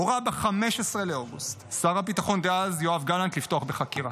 הורה ב-15 באוגוסט שר הביטחון דאז יואב גלנט לפתוח בחקירה.